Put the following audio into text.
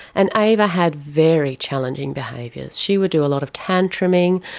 and ava had very challenging behaviours. she would do a lot of tantruming,